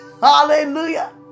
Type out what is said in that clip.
Hallelujah